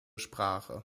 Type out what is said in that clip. sprache